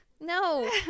no